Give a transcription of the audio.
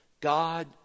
God